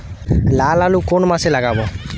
লাল আলু কোন মাসে লাগাব?